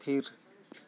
ᱛᱷᱤᱨ